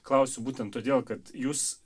klausiu būtent todėl kad jūs